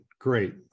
great